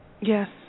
Yes